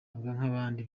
nk’abandi